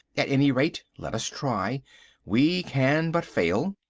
at any rate, let us try we can but fail.